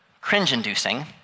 cringe-inducing